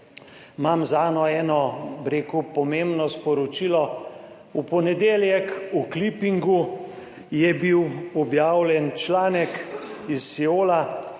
imam zanjo eno, bi rekel pomembno sporočilo. V ponedeljek v klipingu je bil objavljen članek iz Siola